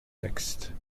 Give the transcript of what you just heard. textes